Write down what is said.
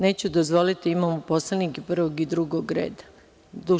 Neću dozvoliti da imamo poslanike prvog i drugog reda.